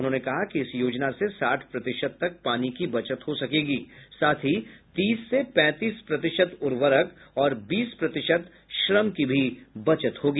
उन्होंने कहा कि इस योजना से साठ प्रतिशत तक पानी की बचत हो सकेगी साथ ही तीस से पैंतीस प्रतिशत उर्वरक और बीस प्रतिशत श्रम की भी बचत होगी